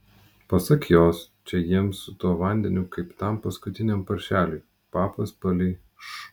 pasak jos čia jiems su tuo vandeniu kaip tam paskutiniam paršeliui papas palei š